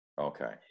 Okay